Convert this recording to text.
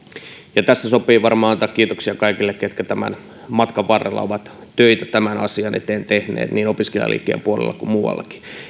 tässä sopii varmaan antaa kiitoksia kaikille ketkä tämän matkan varrella ovat töitä tämän asian eteen tehneet niin opiskelijaliikkeen puolella kuin muuallakin